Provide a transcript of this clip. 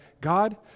God